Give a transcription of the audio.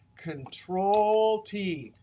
control t,